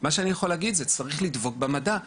מה שאני רוצה להגיד זה שצריך לדבוק במדע.